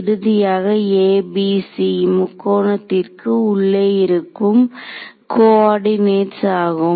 இறுதியாக abc முக்கோணத்திற்கு உள்ளே இருக்கும் கோ ஆர்டினேட்டஸ் ஆகும்